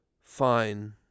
fine